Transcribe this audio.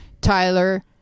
Tyler